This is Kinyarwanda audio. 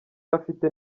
afite